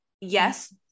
yes